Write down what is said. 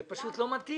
זה פשוט לא מתאים,